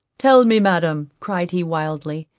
tell me, madam, cried he wildly,